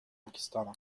пакистана